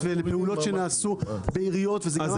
ולפעולות שנעשו בעיריות וזה גם היה בתקשורת.